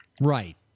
Right